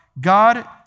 God